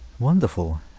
Wonderful